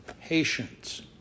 patience